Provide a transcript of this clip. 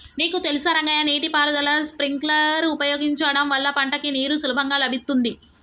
నీకు తెలుసా రంగయ్య నీటి పారుదల స్ప్రింక్లర్ ఉపయోగించడం వల్ల పంటకి నీరు సులభంగా లభిత్తుంది